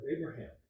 Abraham